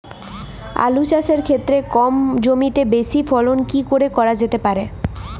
আলু চাষের ক্ষেত্রে কম জমিতে বেশি ফলন কি করে করা যেতে পারে?